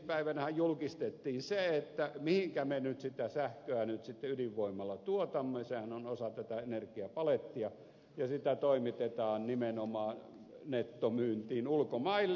eilispäivänähän julkistettiin se mihinkä me nyt sitä sähköä ydinvoimalla tuotamme sehän on osa tätä energiapalettia ja sitä toimitetaan nimenomaan nettomyyntiin ulkomaille